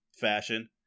fashion